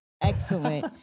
excellent